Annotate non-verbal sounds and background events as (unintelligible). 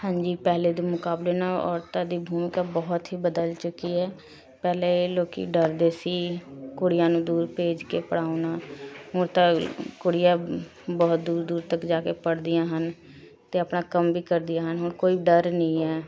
ਹਾਂਜੀ ਪਹਿਲੇ ਦੇ ਮੁਕਾਬਲੇ ਨਾ ਔਰਤਾਂ ਦੀ ਭੂਮਿਕਾ ਬਹੁਤ ਹੀ ਬਦਲ ਚੁੱਕੀ ਏ ਪਹਿਲੇ ਲੋਕ ਡਰਦੇ ਸੀ ਕੁੜੀਆਂ ਨੂੰ ਦੂਰ ਭੇਜ ਕੇ (unintelligible) ਹੁਣ ਤਾਂ ਕੁੜੀਆਂ ਬਹੁਤ ਦੂਰ ਦੂਰ ਤੱਕ ਜਾ ਕੇ ਪੜ੍ਹਦੀਆਂ ਹਨ ਅਤੇ ਆਪਣਾ ਕੰਮ ਵੀ ਕਰਦੀਆਂ ਹਨ ਹੁਣ ਕੋਈ ਡਰ ਨਹੀਂ ਹੈ